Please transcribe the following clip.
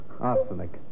arsenic